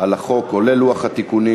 על החוק, כולל לוח התיקונים.